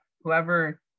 whoever